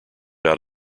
out